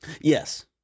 Yes